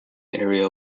area